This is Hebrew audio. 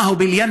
(אומר בערבית: